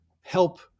help